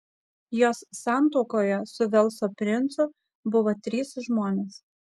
jos santuokoje su velso princu buvo trys žmonės